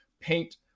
paint